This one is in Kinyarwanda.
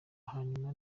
haruna